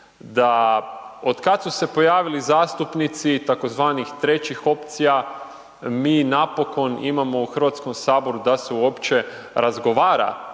da otkad su se pojavili zastupnici tzv. trećih opcija, mi napokon imamo u Hrvatskom saboru da se uopće razgovora